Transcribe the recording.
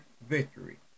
victory